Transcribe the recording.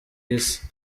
isi